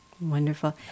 Wonderful